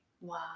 Wow